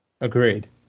Agreed